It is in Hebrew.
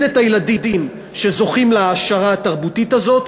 את הילדים שזוכים להעשרה התרבותית הזאת,